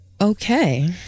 Okay